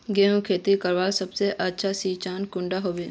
गेहूँर खेती करवार सबसे अच्छा सिजिन कुंडा होबे?